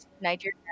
nigeria